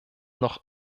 noch